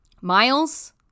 Miles